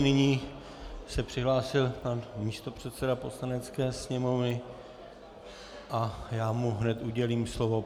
Nyní se přihlásil pan místopředseda Poslanecké sněmovny a já mu hned udělím slovo.